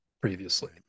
previously